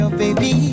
baby